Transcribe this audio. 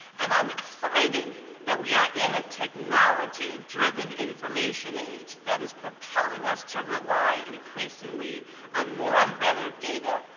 and i am excited that we are in a technology driven information age that is propelling us to rely increasingly on more and better data,